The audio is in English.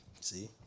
See